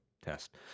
test